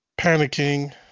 panicking